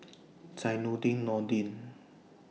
Zainudin Nordin